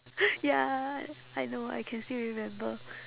ya I know I can still remember